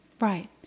Right